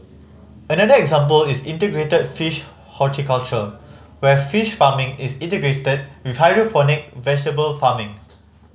another example is integrated fish horticulture where fish farming is integrated with hydroponic vegetable farming